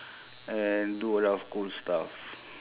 and do a lot of cool stuff